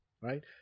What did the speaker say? right